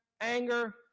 anger